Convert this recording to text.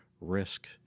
risk